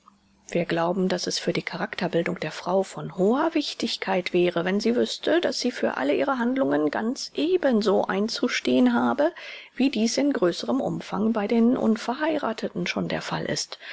wir glauben daß es für die charakterbildung der frau von hoher wichtigkeit wäre wenn sie wüßte daß sie für alle ihre handlungen ganz ebenso einzustehen habe wie dies in größerem umfang bei den unverheiratheten schon der fall ist